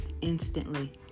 instantly